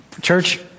Church